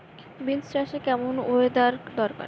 Beans চাষে কেমন weather দরকার?